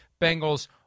Bengals